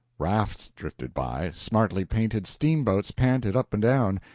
rafts drifted by smartly painted steamboats panted up and down,